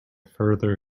further